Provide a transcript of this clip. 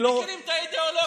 הם מכירים את האידיאולוגיה שלך.